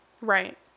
Right